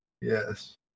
Yes